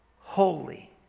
holy